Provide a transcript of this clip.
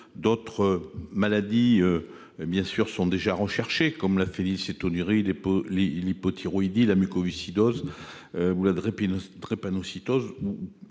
D'autres maladies peuvent être recherchées, comme la phénylcétonurie, l'hypothyroïdie, la mucoviscidose ou la drépanocytose.